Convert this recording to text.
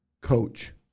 coach